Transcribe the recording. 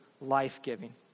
life-giving